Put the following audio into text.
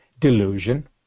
Delusion